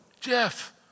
Jeff